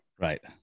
Right